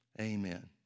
amen